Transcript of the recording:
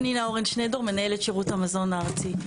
פנינה אורן שנידור, מנהלת שירות המזון הארצי.